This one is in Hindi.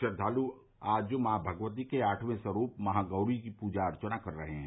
श्रद्वालु आज माँ भगवती के आठवें स्वरूप महागौरी की पूजा अर्चना कर रहे हैं